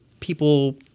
People